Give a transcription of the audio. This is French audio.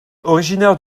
originaire